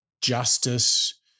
justice